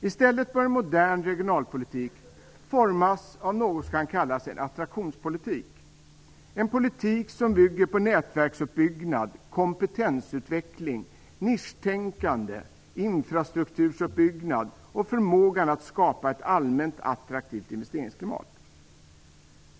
I stället bör en modern regionalpolitik formas av något som kan kallas attraktionspolitik. Det är en politik som bygger på nätverksuppbyggnad, kompetensutveckling, nischtänkande, infrastruktursuppbyggnad och förmågan att skapa ett allmänt attraktivt investeringsklimat.